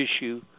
issue